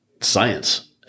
science